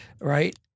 Right